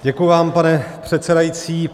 Děkuji vám, pane předsedající.